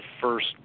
first